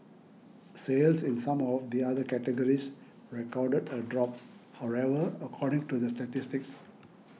sales in some of the other categories recorded a drop however according to the statistics